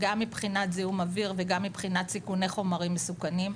גם מבחינת זיהום אוויר וגם מבחינת סיכוני חומרים מסוכנים.